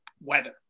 weather